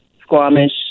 Squamish